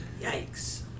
Yikes